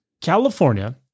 California